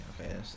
okay